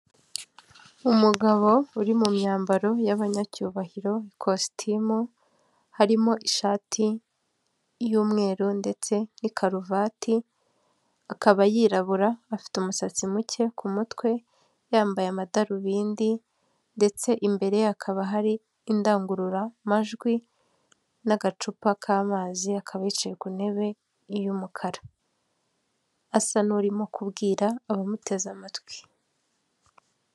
Umugabo uri mu myambaro y'abanyacyubahiro, ikositimu harimo ishati y'umweru ndetse n'i karuvati, akaba yirabura, afite umusatsi muke ku mutwe, yambaye amadarubindi ndetse imbere hakaba hari indangururamajwi n'agacupa k'amazi, akaba yicaye ku ntebe y'umukara asa n'urimo kubwira abamuteze amatwi.